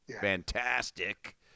fantastic